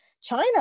China